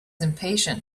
impatient